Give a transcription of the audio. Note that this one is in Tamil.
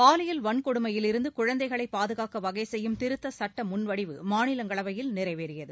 பாலியல் வன்கொடுமையிலிருந்து குழந்தைகளை பாதுகாக்க வகைசெய்யும் திருத்தச் சுட்ட முன்வடிவு மாநிலங்களவையில் நிறைவேறியது